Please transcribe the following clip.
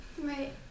Right